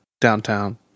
downtown